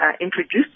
introduced